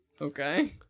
okay